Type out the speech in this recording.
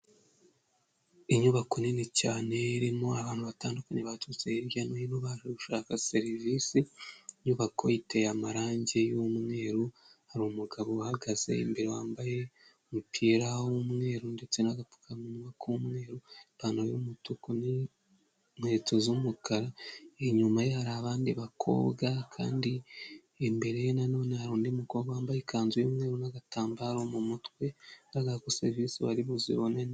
Inyubako nini cyane irimo abantu batandukanye baturutse hirya no hino baje gushaka serivisi inyubako iteye amarangi y,umweru hari umugabo uhagaze imbere wambaye umupira w'umweru ndetse n'agapfukamunwa k'umweru ipantaro yumutuku ni nkweto z'umukara inyuma ye hari abandi bakobwa kandi imbere ye na none hari undi mukobwa wambaye ikanzu y'umweru n'agatambaro mu mutwe bigaragara ko serivisi bari buzibonemo.